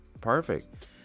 Perfect